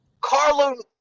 Carlo